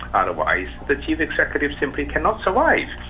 otherwise the chief executive simply cannot survive.